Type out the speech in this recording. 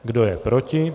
Kdo je proti?